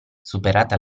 superata